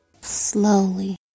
Slowly